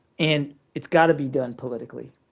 and it's got to be done politically.